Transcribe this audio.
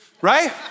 right